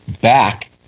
back